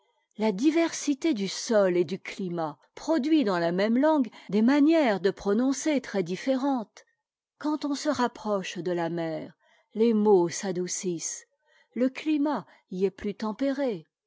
la diversité du sol et du climat produit dans la même langue des manières de prononcer très différentes quand on se rapproche de la mer les mots s'adoucissent le climat y est plus tempéré